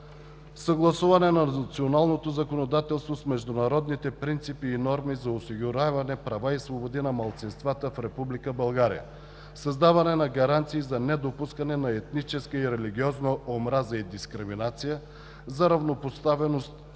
съгласуване на националното законодателство с международните принципи и норми за осигуряване права и свободи на малцинствата в Република България, създаване на гаранции за недопускане на етническа и религиозна омраза и дискриминация, за равнопоставеност